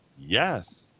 Yes